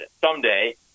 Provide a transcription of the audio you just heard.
someday